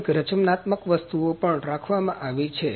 થોડીક રચનાત્મક વસ્તુઓ પણ રાખવામાં આવી છે